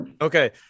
Okay